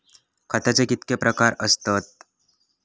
खताचे कितके प्रकार असतत?